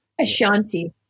Ashanti